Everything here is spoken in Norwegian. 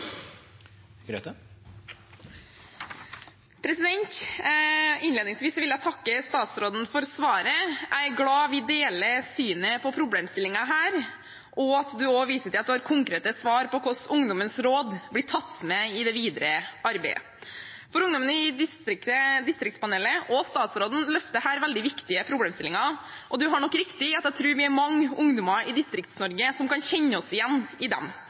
for at vi deler synet på denne problemstillingen, og at statsråden viser til at han har konkrete svar på hvordan ungdommenes råd blir tatt med i det videre arbeidet. Ungdommene i distriktspanelet og statsråden løfter her fram veldig viktige problemstillinger. Og statsråden har nok rett: Jeg tror vi er mange ungdommer i Distrikts-Norge som kan kjenne oss igjen i dem,